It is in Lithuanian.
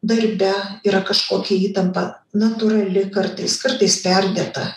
darbe yra kažkokia įtampa natūrali kartais kartais perdėta